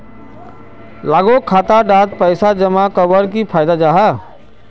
लोगोक खाता डात पैसा जमा कवर की फायदा जाहा?